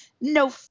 no